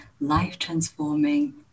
life-transforming